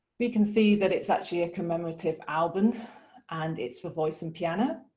we can see that it's actually a commemorative album and it's for voice and piano.